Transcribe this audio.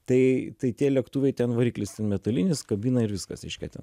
tai tai tie lėktuvai ten variklis ten metalinis kabina ir viskas reiškia ten